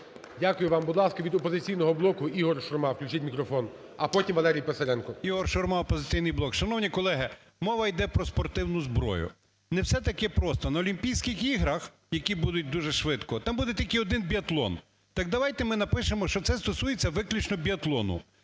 Дякую вам. Будь ласка, від "Опозиційного блоку" Ігор Шурма, включіть мікрофон. А потім Валерій Писаренко. 17:45:58 ШУРМА І.М. Ігор Шурма, "Опозиційний блок". Шановні колеги, мова йде про спортивну зброю. Не все так і просто, на Олімпійських іграх, які будуть дуже швидко, там буде тільки один біатлон. Так давайте ми напишемо, що це стосується виключно біатлону.